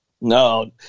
No